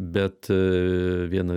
bet vieną